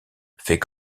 fait